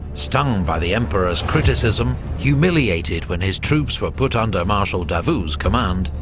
stung by the emperor's criticism, humiliated when his troops were put under marshal davout's command,